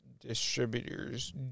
Distributors